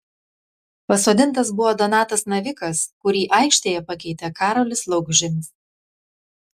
pasodintas buvo donatas navikas kurį aikštėje pakeitė karolis laukžemis